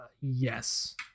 Yes